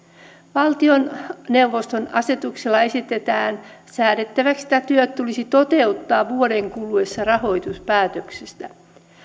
valtioneuvoston asetuksella esitetään säädettäväksi että työ tulisi toteuttaa vuoden kuluessa rahoituspäätöksestä